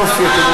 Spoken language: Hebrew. אין קשר.